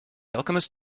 alchemist